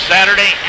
Saturday